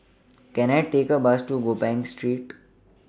Can I Take A Bus to Gopeng Street